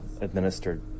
administered